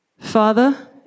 Father